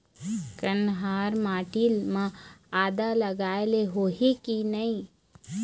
कन्हार माटी म आदा लगाए ले होही की नहीं?